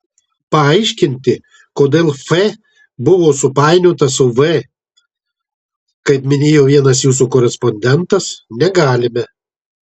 paaiškinti kodėl f buvo supainiota su v kaip minėjo vienas jūsų korespondentas negalime